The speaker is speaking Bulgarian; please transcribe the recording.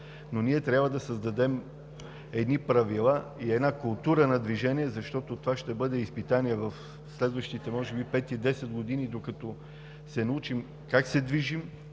Ние трябва да създадем едни правила и една култура на движение, защото това ще бъде изпитание в следващите може би пет-десет години, докато се научим как да се движим,